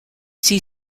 see